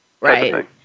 right